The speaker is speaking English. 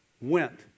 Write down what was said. went